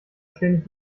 ständig